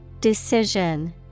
Decision